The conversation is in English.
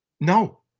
no